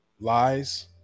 lies